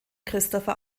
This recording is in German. christopher